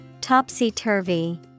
Topsy-Turvy